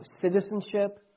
citizenship